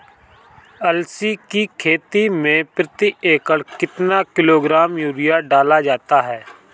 अलसी की खेती में प्रति एकड़ कितना किलोग्राम यूरिया डाला जाता है?